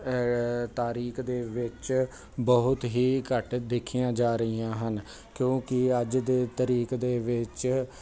ਤਾਰੀਖ ਦੇ ਵਿੱਚ ਬਹੁਤ ਹੀ ਘੱਟ ਦੇਖੀਆਂ ਜਾ ਰਹੀਆਂ ਹਨ ਕਿਉਂਕਿ ਅੱਜ ਦੇ ਤਰੀਕ ਦੇ ਵਿੱਚ